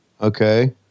Okay